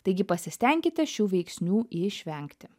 taigi pasistenkite šių veiksnių išvengti